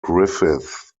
griffith